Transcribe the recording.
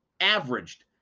averaged